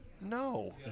no